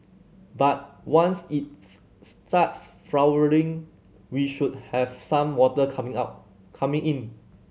but once its starts flowering we should have some water coming out coming in